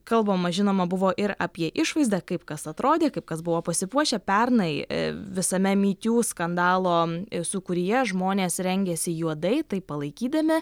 kalbama žinoma buvo ir apie išvaizdą kaip kas atrodė kaip kas buvo pasipuošę pernai visame my tiū skandalo sūkuryje žmonės rengėsi juodai taip palaikydami